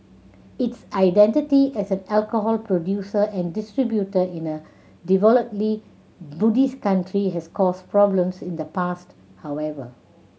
its identity as an alcohol producer and distributor in a devoutly Buddhist country has caused problems in the past however